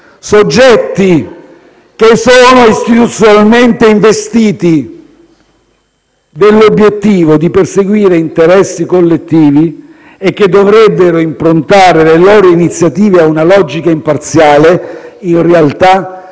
Soggetti che sono istituzionalmente investiti dell'obiettivo di perseguire interessi collettivi e che dovrebbero improntare le loro iniziative ad una logica imparziale, in realtà